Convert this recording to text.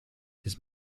his